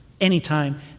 anytime